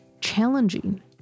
challenging